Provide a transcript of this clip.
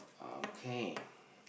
okay